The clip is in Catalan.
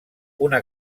una